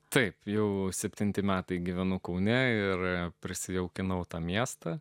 taip jau septinti metai gyvenu kaune ir prisijaukinau tą miestą